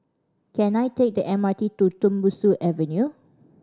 can I take the M R T to Tembusu Avenue